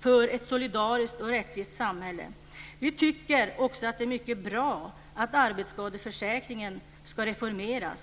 för ett solidariskt och rättvist samhälle. Vi tycker också att det är mycket bra att arbetsskadeförsäkringen ska reformeras.